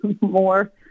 more